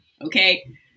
Okay